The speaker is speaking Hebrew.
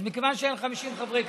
אז מכיוון שאין 50 חברי כנסת,